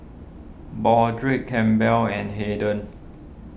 Broderick Campbell and Hayden